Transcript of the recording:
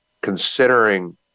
considering